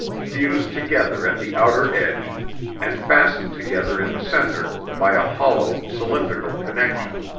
fused together at the outer edge and fastened together in the center by a hollow cylindrical connection.